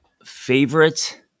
Favorite